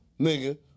nigga